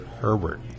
Herbert